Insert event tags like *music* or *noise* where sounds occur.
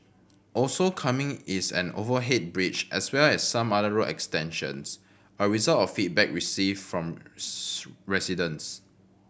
also coming is an overhead bridge as well as some other road extensions a result of feedback received from *unintelligible* residents